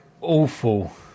Awful